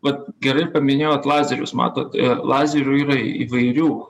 vat gerai paminėjot lazerius matot lazerių yra įvairių